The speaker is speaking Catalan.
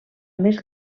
més